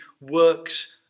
works